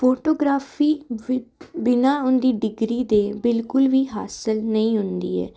photography ਵੀ ਬਿਨ੍ਹਾਂ ਉਹ ਦੀ ਡਿਗਰੀ ਦੇ ਬਿਲਕੁਲ ਵੀ ਹਾਸਲ ਨਹੀਂ ਹੁੰਦੀ ਹੈ